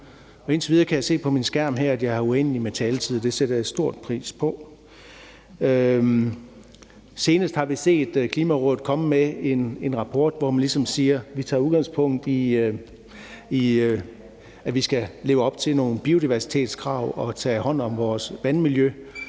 Indtil videre kan jeg se på min skærm her at jeg har uendelig taletid, og det sætter jeg stor pris på. Senest har vi set Klimarådet komme med en rapport, hvor man ligesom siger: Vi tager udgangspunkt i, at vi skal leve op til nogle biodiversitetskrav og tage hånd om vores vandmiljø,